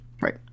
Right